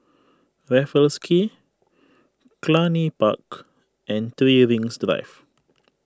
Raffles Quay Cluny Park and three Rings Drive